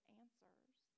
answers